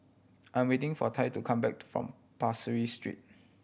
I am waiting for Tal to come back from Pasir Ris Street